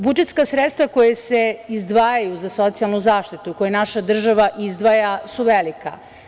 Budžetska sredstva koja se izdvajaju za socijalnu zaštitu, koja naša država izdvaja su velika.